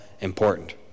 important